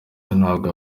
ntabwo